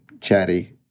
Chatty